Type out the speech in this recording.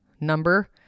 number